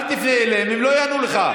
אל תפנה אליהם, הם לא יענו לך.